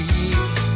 years